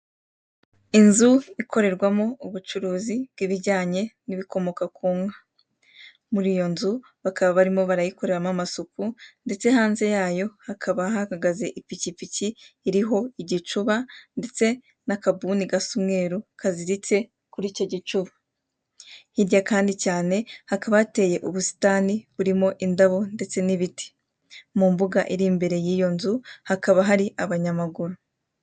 Inzu ikorerwamo ubucuruzi bw'ibijyanye n'ibikomoka ku nka. Muri iyo nzu bakaba barimo barayikoreramo amasuku ndetse hanze yayo hakaba hahagaze ipikipiki iriho igicuba ndetse n'akabuni gasa umweru kaziritse kuri icyo gicuba. Hirya kandi cyane hakaba hateye ubusitani burimo indabo ndetse n'ibiti. Mu mbuga iri imbere y'iyo nzu hakaba hari abanyamaguru.